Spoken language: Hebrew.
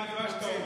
מה אתם רוצים?